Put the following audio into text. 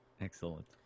Excellent